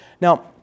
Now